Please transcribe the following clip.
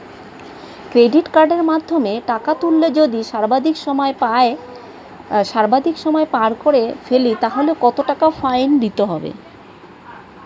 Credit কার্ডের মাধ্যমে টাকা তুললে যদি সর্বাধিক সময় পার করে ফেলি তাহলে কত টাকা ফাইন হবে?